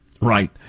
Right